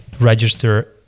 register